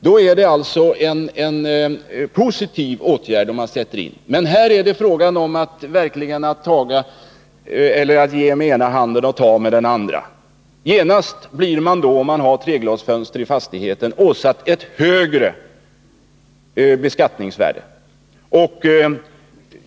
Då är det alltså en positiv åtgärd att sätta in sådana fönster. Men här är det verkligen fråga om att ge med den ena handen och ta med den andra. Om man har treglasfönster i fastigheten, blir man genast åsatt ett högre beskattningsvärde.